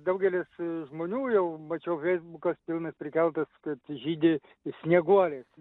daugelis žmonių jau mačiau feisbukas pilnas prikeltas kad žydi snieguolės